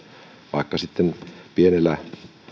vaikka sitten pienellä